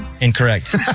incorrect